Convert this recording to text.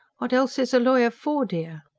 what else is a lawyer for, dear?